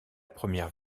première